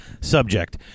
subject